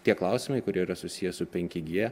tie klausimai kurie yra susiję su penki g